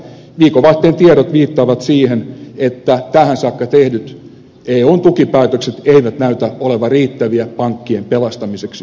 viikonvaihteen tiedot viittaavat siihen että tähän saakka tehdyt eun tukipäätökset eivät näytä olevan riittäviä pankkien pelastamiseksi siellä